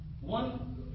One